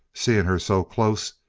seeing her so close,